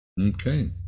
Okay